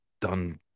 done